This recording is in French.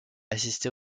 assister